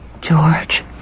George